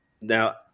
now